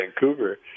Vancouver